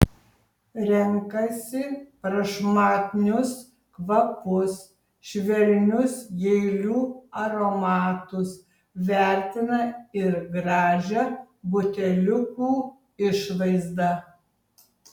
renkasi prašmatnius kvapus švelnius gėlių aromatus vertina ir gražią buteliukų išvaizdą